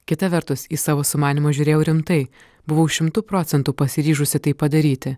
kita vertus į savo sumanymus žiūrėjau rimtai buvau šimtu procentų pasiryžusi tai padaryti